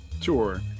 tour